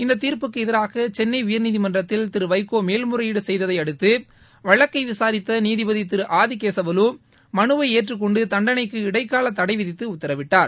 இந்த தீர்ப்புக்கு எதிராக சென்னை உயர்நீதிமன்றத்தில் திரு வைகோ மேல்முறையீடு செய்ததையடுத்து வழக்கை விசாரித்த நீதிபதி திரு ஆதிகேசவலு மனுவை ஏற்றுக்கொண்டு தண்டளைக்கு இடைக்கால தடைவிதித்து உத்தரவிட்டார்